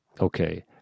Okay